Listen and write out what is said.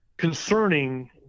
concerning